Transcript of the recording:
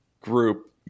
group